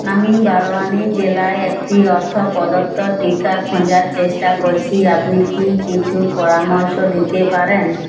আমি বারওয়ানি জেলায় একটি অর্থ প্রদত্ত টিকা খোঁজার চেষ্টা করছি আপনি কী কিছু পরামর্শ দিতে পারেন